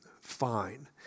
fine